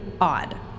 odd